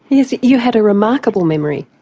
yeah you had a remarkable memory.